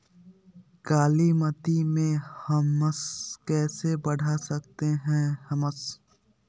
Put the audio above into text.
कालीमती में हमस कैसे बढ़ा सकते हैं हमस?